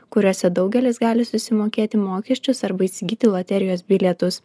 kuriuose daugelis gali susimokėti mokesčius arba įsigyti loterijos bilietus